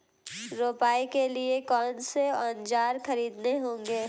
रोपाई के लिए कौन से औज़ार खरीदने होंगे?